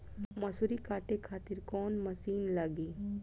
मसूरी काटे खातिर कोवन मसिन लागी?